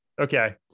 Okay